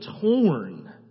torn